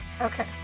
Okay